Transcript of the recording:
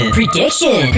Prediction